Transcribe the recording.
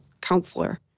counselor